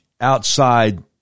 outside